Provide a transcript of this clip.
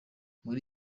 muri